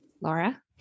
Laura